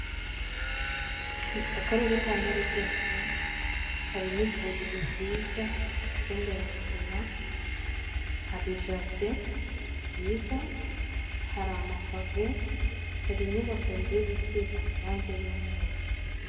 Akarere ka Nyarugenge, karimo ivuriro ryiza, ikigo nderabuzima, hari jaride, nziza, hari amapave, hari inyubako nziza isiza amarangi y'umweru.